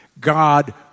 God